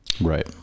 Right